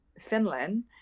Finland